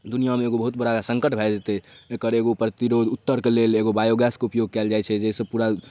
दुनिआमे एगो बहुत बड़ा सङ्कट भऽ जेतै एकर एगो प्रतिरोध उत्तरके लेल एगो बायोगैसके उपयोग कएल जाइ छै जाहिसँ पूरा